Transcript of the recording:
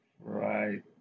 Right